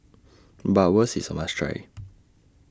Bratwurst IS A must Try